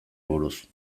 buruz